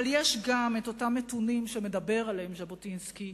אבל יש גם אותם מתונים שמדבר עליהם ז'בוטינסקי,